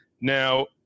Now